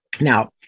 Now